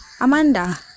amanda